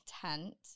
content